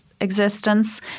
existence